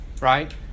right